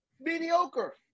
mediocre